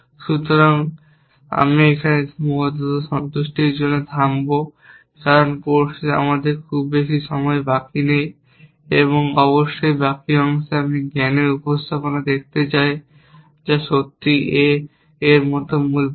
সুতরাং আমি এখানে সীমাবদ্ধ সন্তুষ্টির সাথে থামব কারণ কোর্সে আমাদের খুব বেশি সময় বাকি নেই এবং অবশ্যই বাকি অংশে আমি জ্ঞানের উপস্থাপনা দেখতে চাই যা সত্যিই A I এর মূল বিষয়